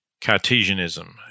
Cartesianism